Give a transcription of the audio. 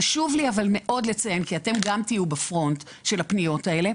חשוב לי מאוד לציין כי אתם גם תהיו בפרונט של הפניות האלה.